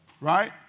Right